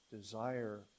desire